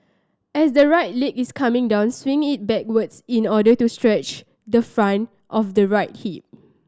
as the right leg is coming down swing it backwards in order to stretch the front of the right hip